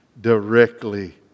directly